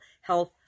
health